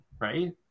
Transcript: right